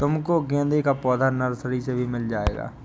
तुमको गेंदे का पौधा नर्सरी से भी मिल जाएगा